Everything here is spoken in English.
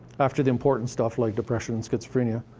after the important stuff, like depression and schizophrenia,